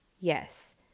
Yes